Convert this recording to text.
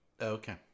okay